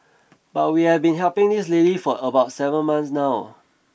but we have been helping this lady for about seven months now